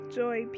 joy